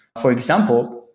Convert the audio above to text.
for example,